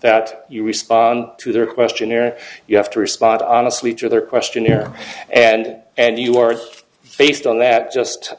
that you respond to their questionnaire you have to respond honestly each other question here and and you are faced on that just